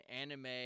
anime